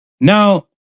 Now